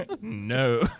no